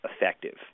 effective